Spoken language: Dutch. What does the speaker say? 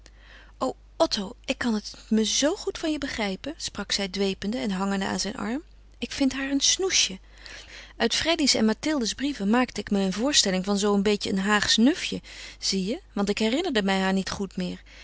o otto ik kan het me zoo goed van je begrijpen sprak zij dwepende en hangende aan zijn arm ik vind haar een snoesje uit freddy's en mathilde's brieven maakte ik me een voorstelling van zoo een beetje een haagsch nufje zie je want ik herinnerde mij haar niet goed meer